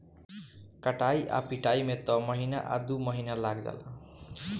कटाई आ पिटाई में त महीना आ दु महीना लाग जाला